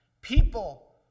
People